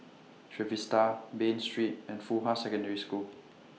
Trevista Bain Street and Fuhua Secondary School